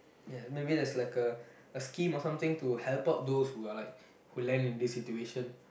ya maybe there's like a a scheme or something to help out those who are like who land in this situation